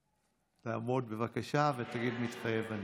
תעמוד, בבקשה, ותגיד: מתחייב אני.